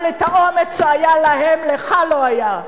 אבל האומץ שהיה להם, לך לא היה.